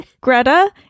Greta